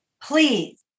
Please